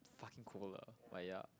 fucking cold lah but ya